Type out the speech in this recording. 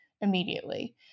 immediately